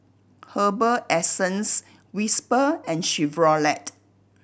Herbal Essence Whisper and Chevrolet